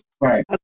right